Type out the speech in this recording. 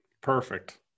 Perfect